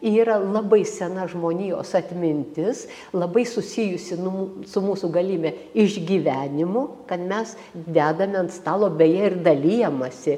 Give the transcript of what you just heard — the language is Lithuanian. yra labai sena žmonijos atmintis labai susijusi nu m su mūsų galybe išgyvenimų mes dedame ant stalo beje ir dalijamasi